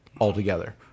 altogether